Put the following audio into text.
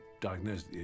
diagnosed